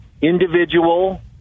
individual